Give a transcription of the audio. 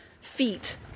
feet